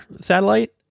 satellite